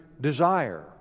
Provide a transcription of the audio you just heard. desire